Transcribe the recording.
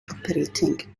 operating